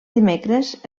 dimecres